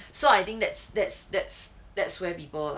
so I think that's that's that's that's where the people like